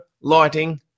lighting